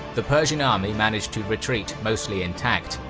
the persian army managed to retreat mostly intact,